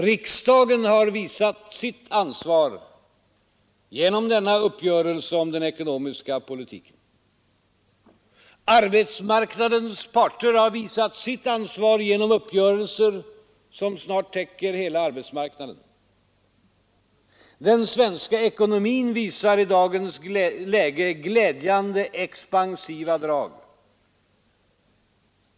Riksdagen har visat sitt ansvar genom denna uppgörelse om den ekonomiska politiken. Arbetsmarknadens parter har visat sitt ansvar genom uppgörelser som snart täcker hela arbetsmarknaden. Den svenska ekonomin visar i dagens läge glädjande expansiva drag.